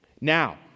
Now